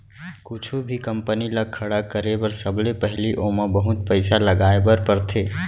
कुछु भी कंपनी ल खड़ा करे बर सबले पहिली ओमा बहुत पइसा लगाए बर परथे